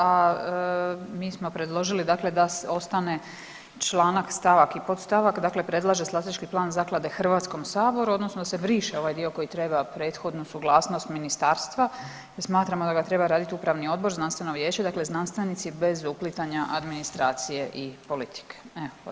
A mi smo predložili da ostane članak, stavak i podstavak, dakle predlaže strateški plan zaklade HS-u odnosno da se briše ovaj dio koji treba prethodnu suglasnost ministarstva i smatramo da ga treba raditi upravni odbor, znanstveno vijeće, dakle znanstvenici bez uplitanja administracije i politike.